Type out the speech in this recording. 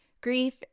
grief